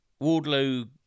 Wardlow